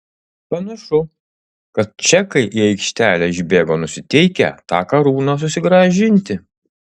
panašu kad čekai į aikštelę išbėgo nusiteikę tą karūną susigrąžinti